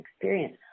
experience